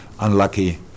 unlucky